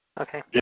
Okay